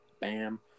bam